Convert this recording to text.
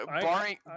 barring